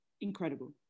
Incredible